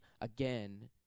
again